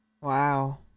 Wow